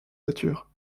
voiture